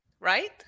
right